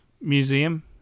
museum